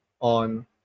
on